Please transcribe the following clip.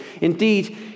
indeed